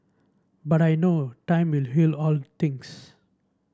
but I know time will heal all things